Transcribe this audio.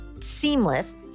seamless